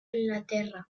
inglaterra